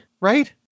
right